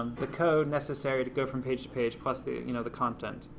um the code necessary to go from page to page plus the you know the content,